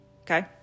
okay